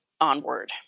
onward